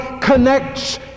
connects